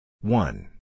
One